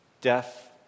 death